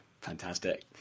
Fantastic